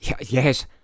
Yes